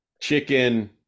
chicken